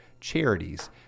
charities